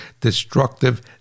destructive